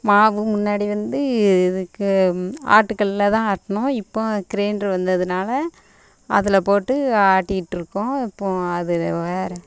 மாவும் முன்னாடி வந்து இதுக்கு ஆட்டுக்கல்லில் தான் ஆட்டினோம் இப்போது கிரைண்டரு வந்ததுனால் அதில் போட்டு ஆட்டிட்டு இருக்கோம் இப்போது அதில் வேறு